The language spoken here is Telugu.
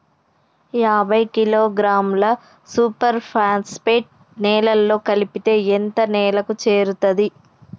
యాభై కిలోగ్రాముల సూపర్ ఫాస్ఫేట్ నేలలో కలిపితే ఎంత నేలకు చేరుతది?